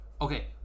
Okay